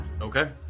Okay